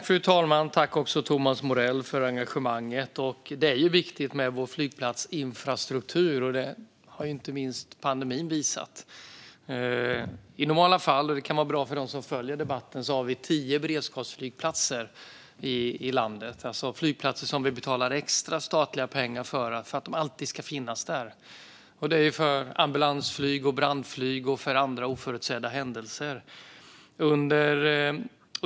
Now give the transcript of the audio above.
Fru talman! Tack, Thomas Morell, för engagemanget! Det är viktigt med vår flygplatsinfrastruktur; det har inte minst pandemin visat. För dem som följer debatten kan det vara bra att veta att vi i normala fall har tio beredskapsflygplatser i landet, det vill säga flygplatser som vi betalar extra statliga pengar till för att de alltid ska finnas där. Det handlar om ambulansflyg, brandflyg och andra oförutsedda händelser.